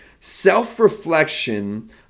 Self-reflection